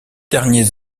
derniers